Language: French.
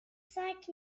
cinq